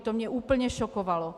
To mě úplně šokovalo.